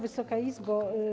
Wysoka Izbo!